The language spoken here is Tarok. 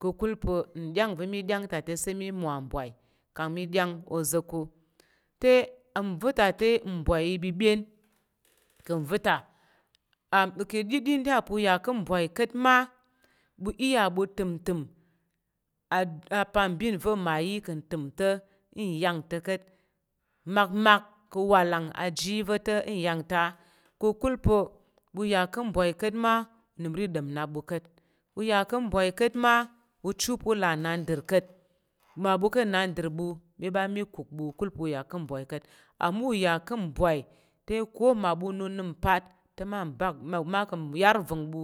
ka̱kul pa̱ nda va̱ mi ɗyang ta te sai mi wa mwai kang mi ɗyang o ze ku te nva̱ ta̱ te mbwai iɓəbyen ka̱ va̱ta a ka̱ ɗiɗi nda iya pa̱ uya ka̱ mbwai ka̱t ma ɓu iya ɓu utəm ntəm ada apambin va̱ ma yi ka̱ təm to nyam to ka̱t makmak ka̱ awalang aji yi va̱ to iyang ta ka̱kul pa̱ ɓu ya ka̱ mbwai ka̱t ma unəm ro idan nnap ɓu ka̱t ɓu ya ka̱ mbwai ka̱t ma uchu pa̱ là nnandər ka̱t mmaɓu ka̱ nnandər ɓu mi ɓa mi kak ɓu kul ɓu̱ ya ka̱ mbwai ka̱t ama uya ka̱ mbwai te ko mmabu nəm mpat te mma bak ma ma ka̱ yar nva̱ng ɓu.